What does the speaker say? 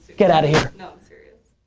get out of here. no, i'm serious.